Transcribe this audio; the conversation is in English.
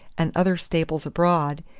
and other staples abroad,